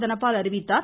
தனபால் அறிவித்தார்